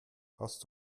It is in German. hast